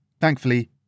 Thankfully